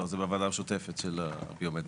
לא, זה בוועדה המשותפת של החוק ביומטרי.